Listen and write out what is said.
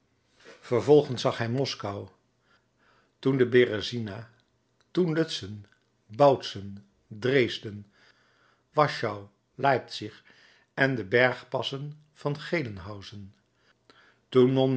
vervolgens zag hij moskou toen de beresina toen lutzen bautzen dresden wachau leipzig en de bergpassen van gelenhausen toen